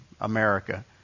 America